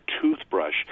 toothbrush